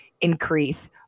increase